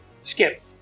Skip